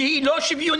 שהיא לא שוויונית.